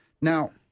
Now